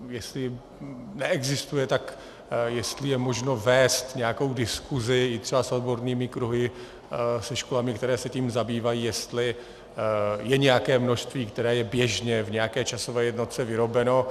Jestli neexistuje, tak jestli je možno vést nějakou diskuzi i třeba s odbornými kruhy, se školami, které se tím zabývají, jestli je nějaké množství, které je běžně v nějaké časové jednotce vyrobeno.